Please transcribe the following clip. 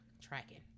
tracking